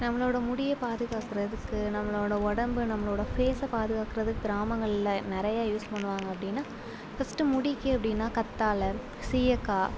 நம்மளோடய முடியை பாதுகாக்கறதுக்கு நம்மளோட உடம்பை நம்மளோடய ஃபேஸை பாதுகாக்கிறதுக்கு கிராமங்களில் நிறையா யூஸ் பண்ணுவாங்க அப்படின்னா ஃபஸ்ட்டு முடிக்கு அப்படின்னா கத்தாழை சீயக்காய்